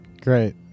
Great